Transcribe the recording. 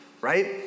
Right